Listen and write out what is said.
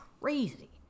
crazy